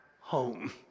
home